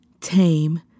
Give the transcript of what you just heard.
tame